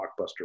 blockbuster